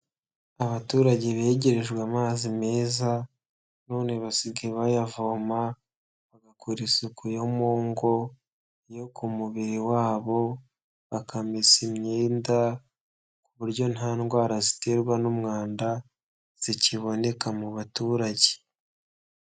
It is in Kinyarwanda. Abaturage begerejwe amazi meza none basigaye bayavoma bagakora isuku yo mu ngo, iyo ku mubiri wabo; bakamesa imyenda ku buryo nta ndwara ziterwa n'umwanda zikiboneka mu baturage.